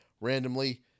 randomly